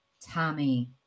Tommy